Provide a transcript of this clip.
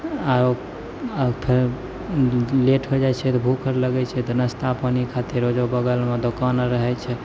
आओर आओर फेर लेट होइ जाइ छै तऽ भूख आर लगै छै तऽ नाश्ता पानी खातिर ओहिजा बगलमे दोकान आओर रहै छै